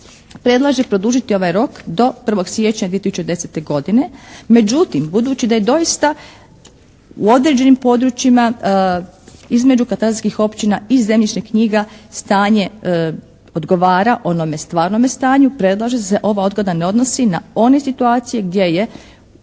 predlaže produžiti ovaj rok do 1. siječnja 2010. godine. Međutim, budući da je doista u određenim područjima između katastarskih općina i zemljišnih knjiga stanje odgovara onome stvarnome stanju predlaže se da se ova odgoda ne odnosi na one situacije gdje je